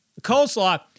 Coleslaw